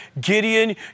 Gideon